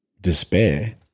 despair